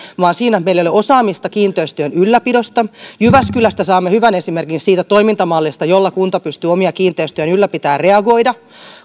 vaan siinä että meillä ei ole osaamista kiinteistöjen ylläpidossa jyväskylästä saamme hyvän esimerkin siitä toimintamallista jolla kunta pystyy omia kiinteistöjään ylläpitämään ja reagoimaan